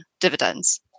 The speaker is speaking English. dividends